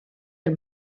del